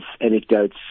anecdotes